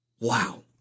Wow